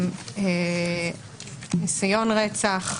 ניסיון רצח,